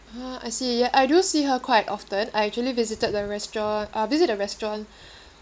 ah I see ya I do see her quite often I actually visited the restaurant uh visit the restaurant